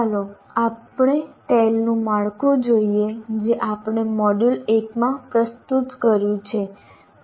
ચાલો આપણે ટેલનું માળખું જોઈએ જે આપણે મોડ્યુલ 1 માં પ્રસ્તુત કર્યું છે